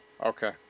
Okay